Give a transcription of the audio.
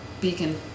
Beacon